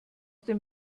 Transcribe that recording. dem